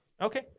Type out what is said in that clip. Okay